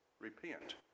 Repent